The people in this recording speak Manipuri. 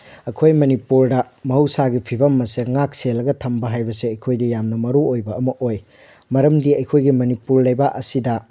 ꯑꯩꯈꯣꯏ ꯃꯅꯤꯄꯨꯔꯗ ꯃꯍꯧꯁꯥꯒꯤ ꯐꯤꯕꯝ ꯑꯁꯦ ꯉꯥꯛ ꯁꯦꯜꯂꯒ ꯊꯝꯕ ꯍꯥꯏꯕꯁꯦ ꯑꯩꯈꯣꯏꯗ ꯌꯥꯝꯅ ꯃꯔꯨ ꯑꯣꯏꯕ ꯑꯃ ꯑꯣꯏ ꯃꯔꯝꯗꯤ ꯑꯩꯈꯣꯏꯒꯤ ꯃꯅꯤꯄꯨꯔ ꯂꯩꯕꯥꯛ ꯑꯁꯤꯗ